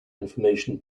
information